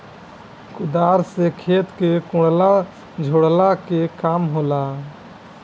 कुदारी से खेत के कोड़ला झोरला के काम होला